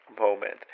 moment